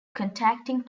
contacting